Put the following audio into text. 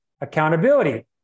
Accountability